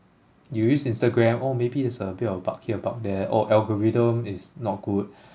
you use instagram oh maybe there's a bit of bug here bug there orh algorithm is not good